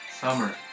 Summer